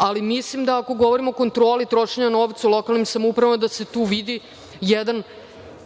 Srbiju. Mislim da ako govorimo o kontroli trošenja novca u lokalnim samoupravama da se tu vidi jedan